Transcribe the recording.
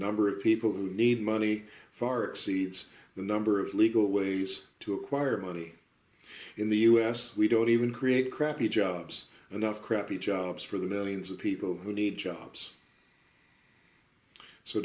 number of people who need money far exceeds the number of legal ways to acquire money in the us we don't even create crappy jobs and of crappy jobs for the millions of people who need jobs so